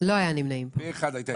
פה אחד היתה התנגדות.